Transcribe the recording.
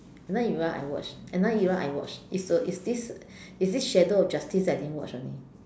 another era I watch another era I watch is the is this is this shadow of justice I didn't watch only